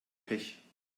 pech